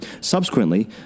Subsequently